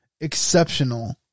exceptional